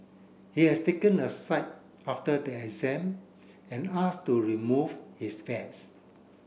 he has taken aside after the exam and asked to remove his vest